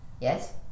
Yes